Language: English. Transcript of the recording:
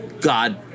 God